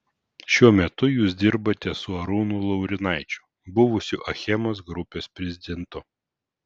šiuo metu jūs dirbate su arūnu laurinaičiu buvusiu achemos grupės prezidentu